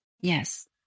Yes